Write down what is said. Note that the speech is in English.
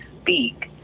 speak